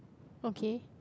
okay